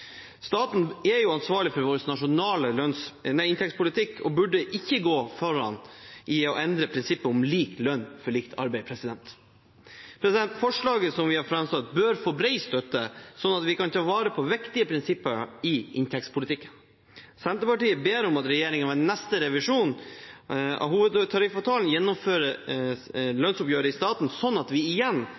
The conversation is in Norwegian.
Staten er ansvarlig for vår nasjonale inntektspolitikk og burde ikke gå foran i å endre prinsippet om lik lønn for likt arbeid. Forslaget vi har framsatt, bør få bred støtte, sånn at vi kan ta vare på viktige prinsipper i inntektspolitikken. Senterpartiet ber om at regjeringen ved neste revisjon av hovedtariffavtalen gjennomfører lønnsoppgjøret i staten sånn at vi igjen